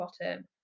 bottom